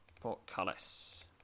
portcullis